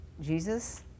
Jesus